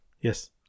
yes